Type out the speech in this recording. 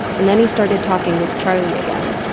and then he started talking with charlie again,